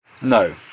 No